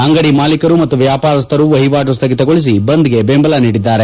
ಅಂಗದಿ ಮಾಲೀಕರು ಮತ್ತು ವ್ಯಾಪಾರಸ್ದರು ವಹಿವಾಟು ಸ್ದಗಿತಗೊಳಿಸಿ ಬಂದ್ಗೆ ಬೆಂಬಲ ನೀಡಿದ್ದಾರೆ